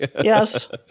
Yes